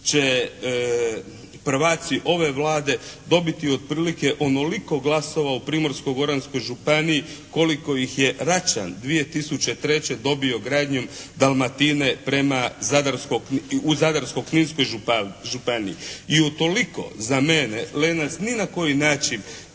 će prvaci ove Vlade dobiti otprilike onoliko glasova u Primorsko-goranskoj županiji koliko ih je Račan 2003. dobio gradnjom Dalmatine u Zadarsko-kninskoj županiji i utoliko za mene "Lenac" ni na koji način